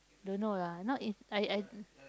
don't know lah not if I I